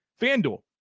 FanDuel